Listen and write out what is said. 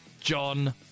john